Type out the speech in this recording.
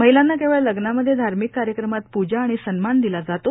महिलांना केवळ लग्नामध्ये धार्मिक कार्यक्रमात पूजा आणि सन्मान दिला जातो